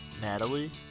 Natalie